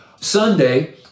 Sunday